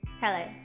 Hello